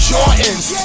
Jordans